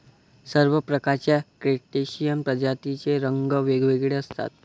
सर्व प्रकारच्या क्रस्टेशियन प्रजातींचे रंग वेगवेगळे असतात